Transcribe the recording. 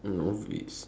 no it's